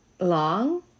long